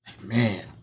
Man